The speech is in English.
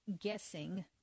guessing